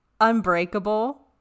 Unbreakable